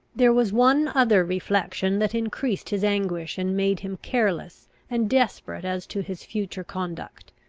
there was one other reflection that increased his anguish, and made him careless and desperate as to his future conduct.